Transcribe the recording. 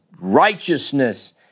righteousness